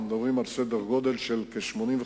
אנחנו מדברים על סדר-גודל של כ-85,000